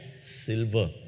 silver